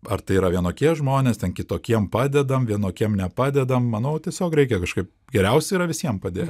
ar tai yra vienokie žmonės ten kitokiem padedam vienokiem nepadedam manau tiesiog reikia kažkaip geriausia yra visiem padėt